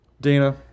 Dana